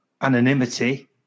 anonymity